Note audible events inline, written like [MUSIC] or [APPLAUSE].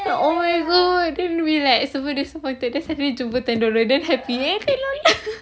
oh my god then we like super disappointed then suddenly jumpa ten dollar damn happy eh ten dollar [LAUGHS]